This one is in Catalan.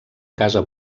casa